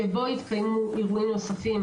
שבו יתקיימו אירועים נוספים,